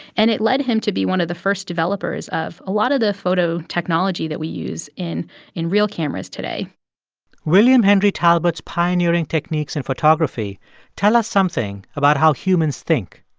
and it led him to be one of the first developers of a lot of the photo technology that we use in in real cameras today william henry talbot's pioneering techniques in photography tell us something about how humans think.